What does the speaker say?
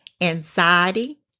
anxiety